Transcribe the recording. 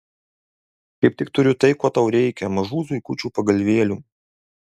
kaip tik turiu tai ko tau reikia mažų zuikučių pagalvėlių